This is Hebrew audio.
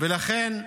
ולכן,